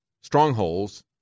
strongholds